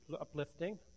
uplifting